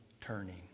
turning